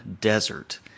Desert